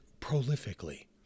prolifically